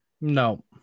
No